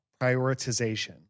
prioritization